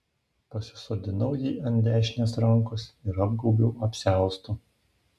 pasisodinau jį ant dešinės rankos ir apgaubiau apsiaustu